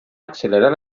accelerar